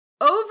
over